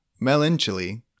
melancholy